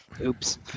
Oops